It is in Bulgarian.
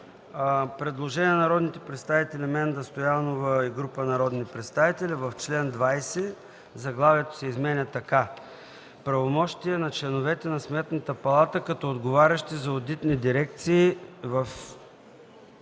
Предложение от народния представител Менда Стоянова и група народни представители: „В чл. 20 заглавието се изменя така: „Правомощия на членовете на Сметната палата като отговарящи за одитни дирекции”.